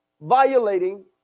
violating